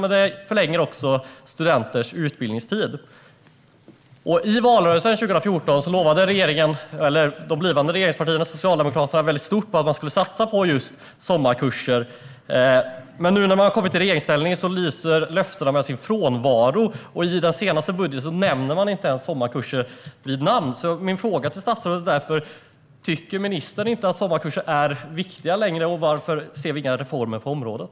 Men det förlänger också studenters utbildningstid. I valrörelsen 2014 lovade det blivande regeringspartiet Socialdemokraterna att man skulle starta stort på just sommarkurser. Men nu när man har kommit i regeringsställning lyser uppfyllandet av löftena med sin frånvaro. I den senaste budgeten nämner man inte ens sommarkurser med ett ord. Min fråga till statsrådet är därför: Tycker inte ministern att sommarkurser är viktiga längre, och varför ser vi inga reformer på området?